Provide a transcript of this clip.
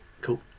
Cool